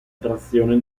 trazione